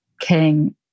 king